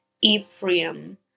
Ephraim